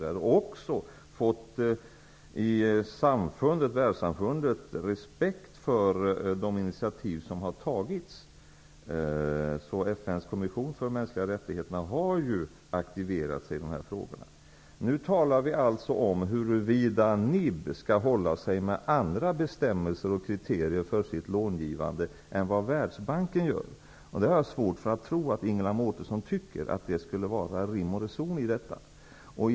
Vi har också i Världssamfundet åtnjutit respekt för de initiativ som vi har tagit för att få FN:s kommission för mänskliga rättigheter att aktivera sig i frågan. Vi talar nu om huruvida NIB skall hålla sig med andra bestämmelser och kriterier för sitt långivande än vad Världsbanken tillämpar. Jag har svårt för att tro att Ingela Mårtensson tycker att detta vore rim och reson.